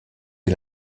est